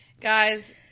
Guys